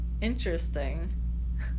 interesting